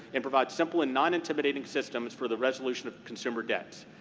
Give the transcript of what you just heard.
and provide simple and non-intimidating systems for the resolution of consumer debt.